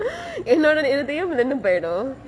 என்னோட இருதயுமும் நின்னு போய்டு:ennode iruthaiyumum ninnu poidu